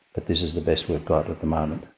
but this is the best we've got at the moment'.